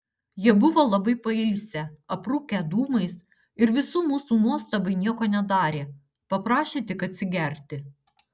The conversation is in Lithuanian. jie buvo labai pailsę aprūkę dūmais ir visų mūsų nuostabai nieko nedarė paprašė tik atsigerti